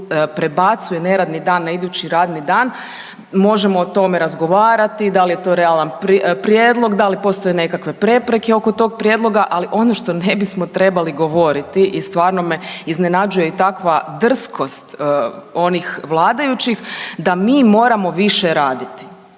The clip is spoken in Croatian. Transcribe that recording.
prebacuje neradni dan na idući radni dan. Možemo o tome razgovarati da li je to realni prijedlog, da li postoje nekakve prepreke oko tog prijedloga. Ali ono što ne bismo trebali govoriti i stvarno me iznenađuje i takva drskost onih vladajućih da mi moramo više raditi.